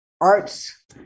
arts